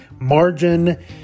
margin